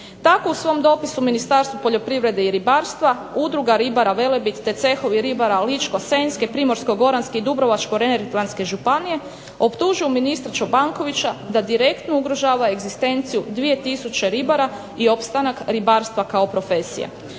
Tako u svom dopisu Ministarstvu poljoprivrede i ribarstva Udruga ribara "Velebit" te cehovi ribara Ličko-senjske, Primorsko-goranske i Dubrovačko-neretvanske županije optužuju ministra Čobankovića da direktno ugrožava egzistenciju 2000 ribara i opstanak ribarstva kao profesije.